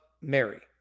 Mary